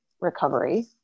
recovery